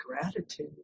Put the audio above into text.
gratitude